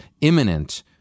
imminent